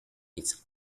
its